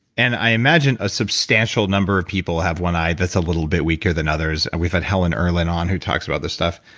and i imagine a substantial number of people have one eye that's a little bit weaker than others. and we've had helen irlen on, who talks about this stuff.